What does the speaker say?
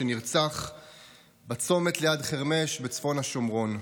שנרצח בצומת ליד חרמש בצפון השומרון,